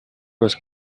was